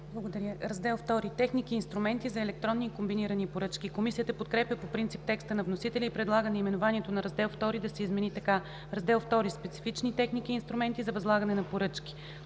Благодаря. „Раздел ІІ – Техники и инструменти за електронни и комбинирани поръчки”. Комисията подкрепя по принцип текста на вносителя и предлага наименованието на Раздел ІІ да се измени така: „Раздел ІІ – Специфични техники и инструменти за възлагане на поръчки”.